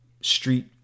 Street